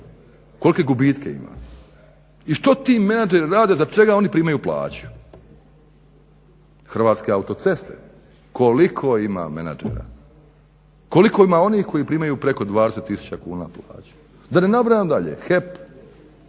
oni primaju plaću? Hrvatske autoceste koliko ima menadžera? Koliko ima onih koji primaju preko 20000 kuna plaću. Da ne nabrajam dalje HEP,